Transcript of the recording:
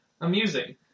amusing